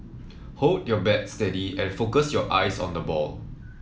hold your bat steady and focus your eyes on the ball